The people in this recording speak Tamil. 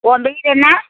உன் பேயர் என்ன